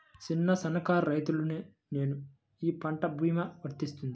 చిన్న సన్న కారు రైతును నేను ఈ పంట భీమా వర్తిస్తుంది?